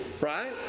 right